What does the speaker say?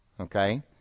Okay